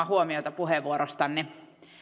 huomiota puheenvuorostanne